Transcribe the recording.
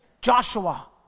Joshua